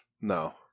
No